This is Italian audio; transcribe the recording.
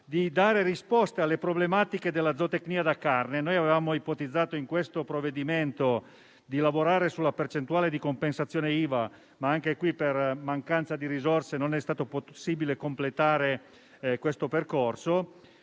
di dare risposte alle problematiche della zootecnia da carne. Avevamo ipotizzato in questo provvedimento di lavorare sulla percentuale di compensazione IVA, ma anche in questo caso, per mancanza di risorse, non è stato possibile completare il percorso.